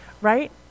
right